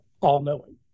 all-knowing